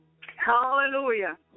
Hallelujah